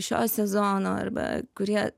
šio sezono arba kurie